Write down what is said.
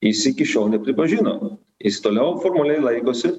jis iki šiol nepripažino jis toliau formaliai laikosi